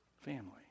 family